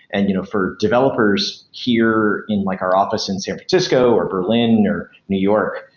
and you know for developers here in like our office in san francisco or berlin or new york,